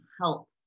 help